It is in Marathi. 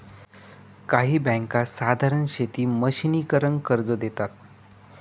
काही बँका साधारण शेती मशिनीकरन कर्ज देतात